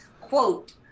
quote